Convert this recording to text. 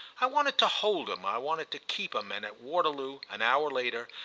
i wanted to hold him, i wanted to keep him, and at waterloo, an hour later,